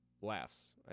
laughs